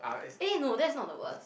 eh no that's not the worst